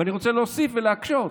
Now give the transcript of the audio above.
ואני רוצה להוסיף ולהקשות: